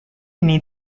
ini